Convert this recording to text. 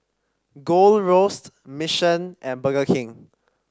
Gold Roast Mission and Burger King